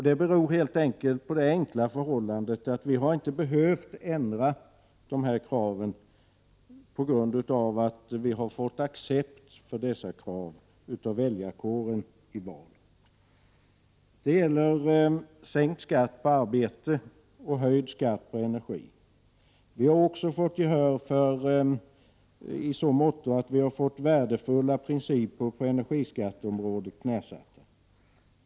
Det beror på det enkla förhållandet att vi inte har behövt ändra dessa krav, eftersom vi har fått accept för dem av väljarkåren i valet. Det gäller sänkt skatt på arbete och höjd skatt på energi. Vi har också fått gehör i så måtto att vi har fått värdefulla principer på energiskatteområdet knäsatta.